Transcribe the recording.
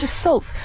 assaults